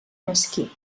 mesquí